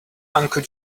uncle